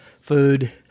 food